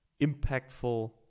impactful